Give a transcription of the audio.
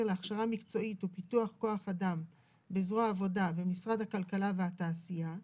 להכשרה מקצועית ופיתוח כוח אדם בזרוע העבודה במשרד הכלכלה והתעשייה,